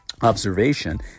observation